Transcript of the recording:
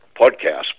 podcast